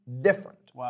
different